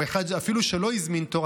או אפילו מי שלא הזמין תור,